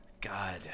God